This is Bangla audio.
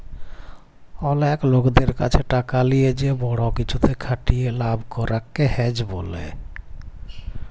অলেক লকদের ক্যাছে টাকা লিয়ে যে বড় কিছুতে খাটিয়ে লাভ করাক কে হেজ ব্যলে